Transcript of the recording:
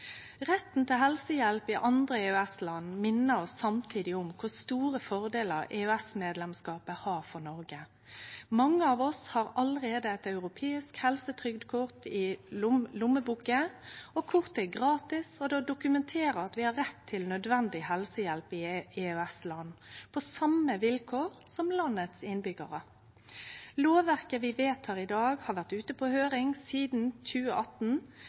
Retten til helsehjelp i andre EØS-land minner oss samtidig om kor store fordelar EØS-medlemskapet har for Noreg. Mange av oss har allereie eit europeisk helsetrygdkort i lommeboka. Kortet er gratis, og det dokumenterer at vi har rett til nødvendig helsehjelp i EØS-land – på same vilkår som innbyggjarane i landet. Lovverket vi vedtek i dag, har vore ute på høyring sidan 2018,